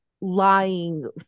lying